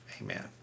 amen